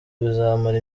bizamara